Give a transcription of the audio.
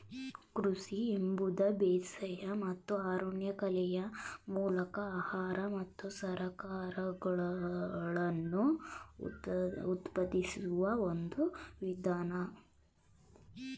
ಕೃಷಿ ಎಂಬುದು ಬೇಸಾಯ ಮತ್ತು ಅರಣ್ಯಕಲೆಯ ಮೂಲಕ ಆಹಾರ ಮತ್ತು ಸರಕುಗಳನ್ನು ಉತ್ಪಾದಿಸುವ ಒಂದು ವಿಧಾನ